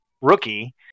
rookie